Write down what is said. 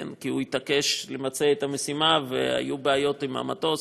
כי הוא התעקש לבצע את המשימה והיו בעיות עם המטוס,